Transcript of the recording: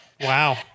Wow